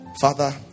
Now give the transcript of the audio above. Father